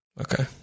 Okay